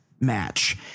match